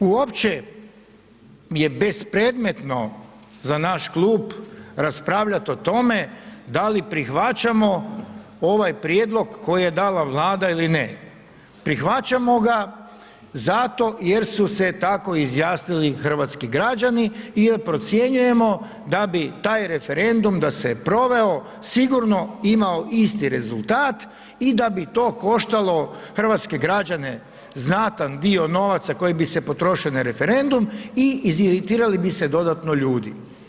Dakle, uopće je bespredmetno za naš klub raspravljati o tome da li prihvaćamo ovaj prijedlog koji je dala Vlada ili ne. prihvaćamo ga zato jer su se tako izjasnili hrvatski građani jer procjenjujemo da bi taj referendum da se proveo sigurno imao isti rezultat i da bi to koštalo hrvatske građane znatan dio novaca koji bise potroši na referendum i iziritiralo bi se dodatno ljudi.